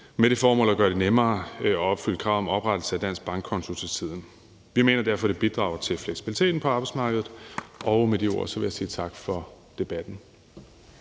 med det formål at gøre det nemmere at opfylde kravet om oprettelse af en dansk bankkonto til tiden. Vi mener derfor, at det bidrager til fleksibiliteten på arbejdsmarkedet, og med de ord vil jeg sige tak for debatten.